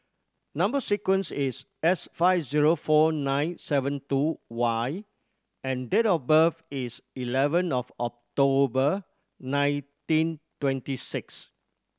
number sequence is S five zero four nine seven two Y and date of birth is eleven of October nineteen twenty six